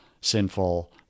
sinful